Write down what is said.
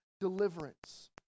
deliverance